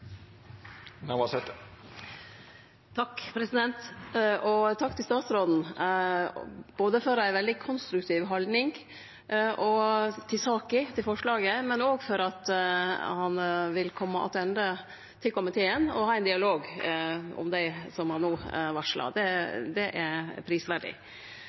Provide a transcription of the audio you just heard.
ei veldig konstruktiv haldning til saka og forslaget, og også for at han vil kome attende til komiteen og ha ein dialog om det som han no varsla. Det er prisverdig.